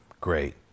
Great